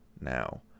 Now